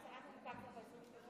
כבוד יו"ר הכנסת,